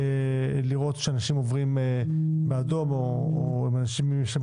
לראות שאנשים עוברים באדום או מבצעים שם